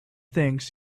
things